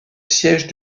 siège